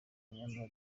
nyamara